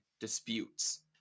disputes